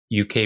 UK